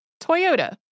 Toyota